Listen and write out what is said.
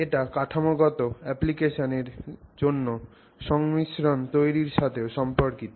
এটা কাঠামোগত অ্যাপ্লিকেশন এর জন্য সংমিশ্রণ তৈরির সাথেও সম্পর্কিত